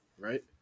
Right